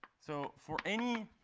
so for any